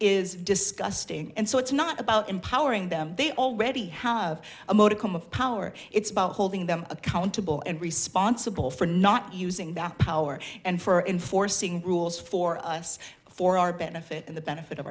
is disgusting and so it's not about empowering them they already have a motive of power it's about holding them accountable and responsible for not using that power and for enforcing rules for us for our benefit and the benefit of